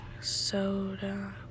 soda